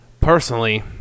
personally